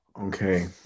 okay